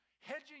hedging